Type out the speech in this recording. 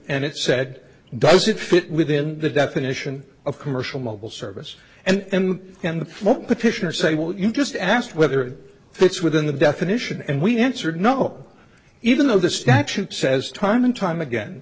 and it said does it fit within the definition of commercial mobile service and then the petitioner say well you just asked whether it's within the definition and we answered no even though the statute says time and time again